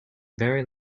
very